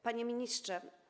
Panie Ministrze!